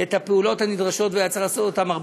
מה זה